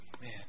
man